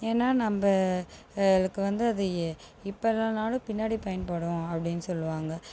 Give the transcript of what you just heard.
ஏன்னா நம்ப ளுக்கு வந்து அதைய இப்போ இல்லைனாலும் பின்னாடி பயன்படும் அப்படினு சொல்லுவாங்க